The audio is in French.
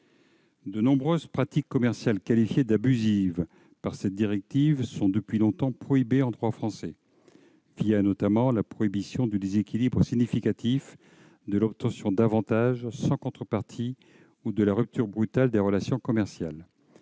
De nombreuses pratiques commerciales qualifiées d'abusives par cette directive sont depuis longtemps prohibées en droit français, notamment la prohibition du déséquilibre significatif, de l'obtention d'avantages sans contrepartie ou de la rupture brutale des relations commerciales,